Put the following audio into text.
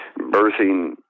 birthing